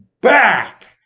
back